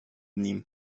nim